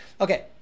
Okay